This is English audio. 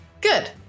Good